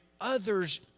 others